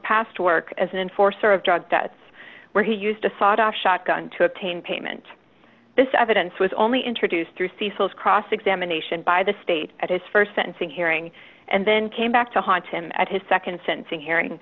past work as an enforcer of drug that's where he used a sawed off shotgun to obtain payment this evidence was only introduced through cecil's cross examination by the state at his st sentencing hearing and then came back to haunt him at his nd sentencing hearing